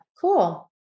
Cool